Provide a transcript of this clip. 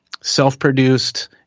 self-produced